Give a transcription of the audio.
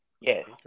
Yes